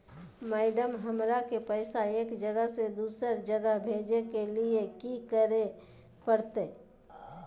Madam, हमरा के पैसा एक जगह से दुसर जगह भेजे के लिए की की करे परते?